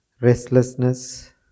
restlessness